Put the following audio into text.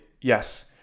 Yes